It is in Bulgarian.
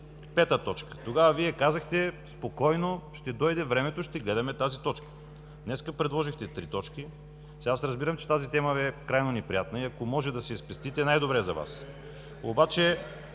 пета точка. Тогава Вие казахте: спокойно, ще дойде времето, ще гледаме тази точка. Днес предложихте три точки. Аз разбирам, че тази тема Ви е крайно неприятна и ако можете да си я спестите, е най-добре за Вас. По